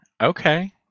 Okay